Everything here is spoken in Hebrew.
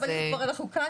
אבל אם כבר אנחנו כאן,